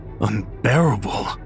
unbearable